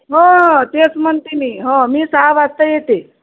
हो तेच म्हणते मी हो मी सहा वाजता येते